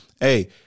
hey